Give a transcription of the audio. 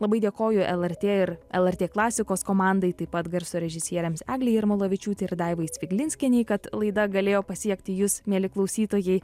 labai dėkoju lrt ir lrt klasikos komandai taip pat garso režisierėms agnei jarmalavičiūtei ir daivai spiglinskienei kad laida galėjo pasiekti jus mieli klausytojai